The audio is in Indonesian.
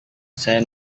saya